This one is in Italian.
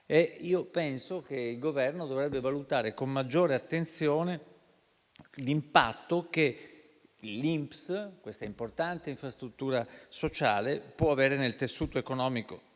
dunque, che il Governo dovrebbe valutare con maggiore attenzione l'impatto che l'INPS, questa importante infrastruttura sociale, può avere nel tessuto economico